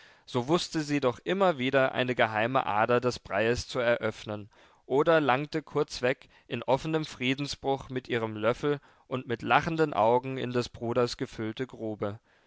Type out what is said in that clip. so wußte sie doch immer wieder eine geheime ader des breies zu eröffnen oder langte kurzweg in offenem friedensbruch mit ihrem löffel und mit lachenden augen in des bruders gefüllte grube